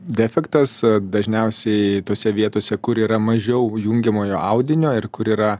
defektas dažniausiai tose vietose kur yra mažiau jungiamojo audinio ir kur yra